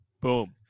Boom